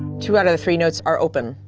two out of the three notes are open.